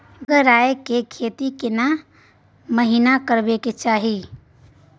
गंगराय के खेती केना महिना करबा के चाही?